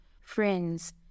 Friends